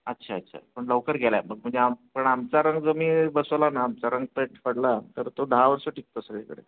अच्छा अच्छा पण लवकर गेलाय मग म्हणजे आम पण आमचा रंग जर तुमी बसवला ना आमचा रंग पेंट पडला तर तो दहा वर्ष टिकतो सगळीकडे